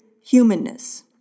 humanness